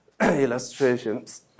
illustrations